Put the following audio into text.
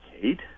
Kate